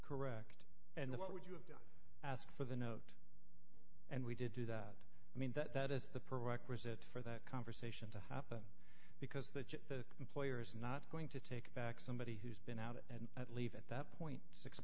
correct and what would you have done ask for the note and we did do that i mean that is the perec result for that conversation to happen because the employer is not going to take back somebody who's been out and leave at that point six